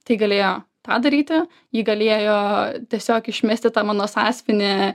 tai galėjo tą daryti ji galėjo tiesiog išmesti tą mano sąsiuvinį